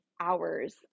hours